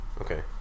Okay